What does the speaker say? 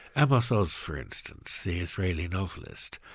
amos oz for instance, the israeli novelist,